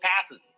passes